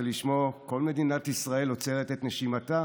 שלשמו כל מדינת ישראל עוצרת את נשימתה